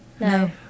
No